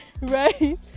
right